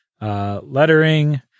lettering